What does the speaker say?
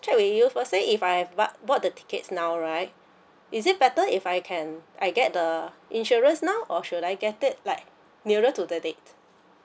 check you first say if I have bought bought the tickets now right is it better if I can I get the insurance now or should I get it like nearer to the date